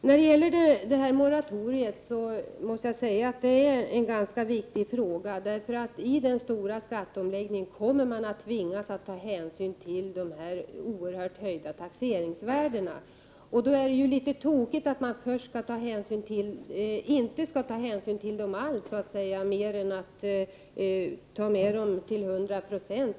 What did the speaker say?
När det gäller moratoriet måste jag säga att det rör sig om en viktig sak, eftersom man vid den stora skatteomläggningen kommer att vara tvungen att ta hänsyn till de oerhört stora höjningarna av taxeringsvärdena. Då är det ju tokigt att först inte alls ta hänsyn till dem så att säga, mer än att ta med dem till 100 96.